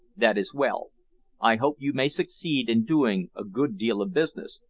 that is well i hope you may succeed in doing a good deal of business,